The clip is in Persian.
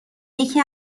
یکی